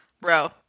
bro